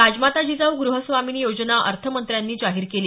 राजमाता जिजाऊ ग्रहस्वामिनी योजना अर्थमंत्र्यांनी जाहीर केली